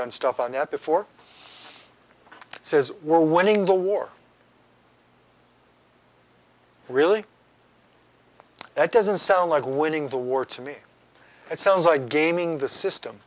done stuff on that before says we're winning the war really that doesn't sound like winning the war to me it sounds like gaming the system